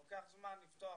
לוקח זמן לפתוח,